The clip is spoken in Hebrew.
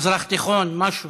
מזרח תיכון, משהו?